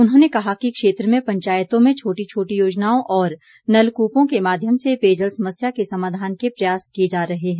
उन्होंने कहा कि क्षेत्र में पंचायतों में छोटी छोटी योजनाओं और नलकूपों के माध्यम से पेजयल समस्या के समाधान के प्रयास किए जा रहे हैं